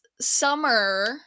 summer